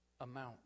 Amount